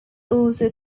also